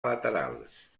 laterals